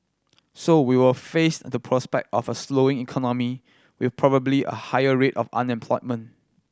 so we will face the prospect of a slowing economy with probably a higher rate of unemployment